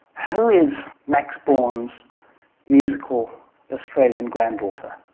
who is max born's musical australian granddaughter?